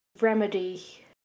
remedy